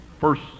first